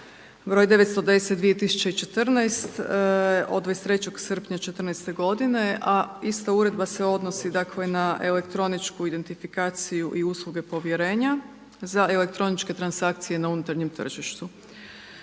broj 910/2014 od 23. srpnja '14.-te godine a ista uredba se odnosi dakle na elektroničku identifikaciju i usluge povjerenja za elektroničke transakcije na unutarnjem tržištu.